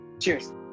Cheers